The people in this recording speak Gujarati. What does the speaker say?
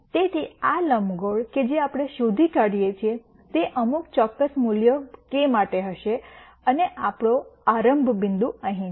તેથી આ લંબગોળ કે જે આપણે શોધી કાઢ્યે છીએ તે અમુક ચોક્કસ મૂલ્ય k માટે હશે અને આપણો આરંભ બિંદુ અહીં છે